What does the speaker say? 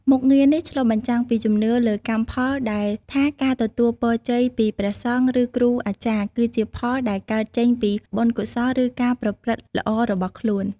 មុខងារនេះឆ្លុះបញ្ចាំងពីជំនឿលើ កម្មផល ដែលថាការទទួលពរជ័យពីព្រះសង្ឃ ឬគ្រូអាចារ្យ គឺជាផលដែលកើតចេញពីបុណ្យកុសល ឬការប្រព្រឹត្តល្អរបស់ខ្លួន។